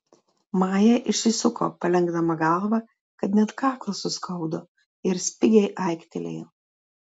maja išsisuko palenkdama galvą kad net kaklą suskaudo ir spigiai aiktelėjo